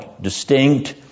Distinct